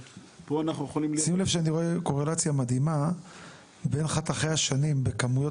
שים לב שאני רואה קורלציה מדהימה בין חתכי השנים בכמויות